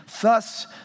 thus